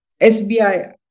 SBI